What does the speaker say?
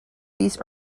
these